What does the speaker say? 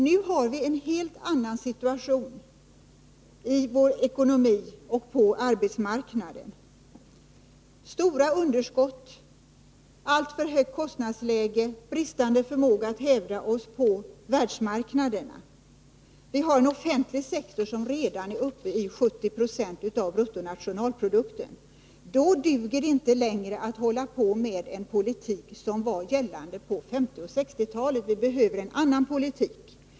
Nu har vi emellertid en helt annan situation i vår ekonomi och på arbetsmarknaden: stora underskott, alltför högt kostnadsläge, bristande förmåga att hävda oss på världsmarknaderna. Vi har en offentlig sektor som redan är uppe i 70 Ze av bruttonationalprodukten. Då duger det inte längre att hålla på med en politik som var gällande på 1950 och 1960-talen. Vi behöver en annan politik.